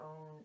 own